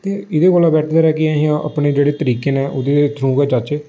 ते एह्दे कोला बेह्तर ऐ कि अस अपने जेह्ड़े तरीके ने ओह्दे थ्रू गै जाचै